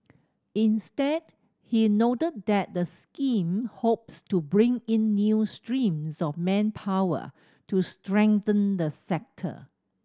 instead he noted that the scheme hopes to bring in new streams of manpower to strengthen the sector